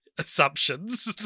assumptions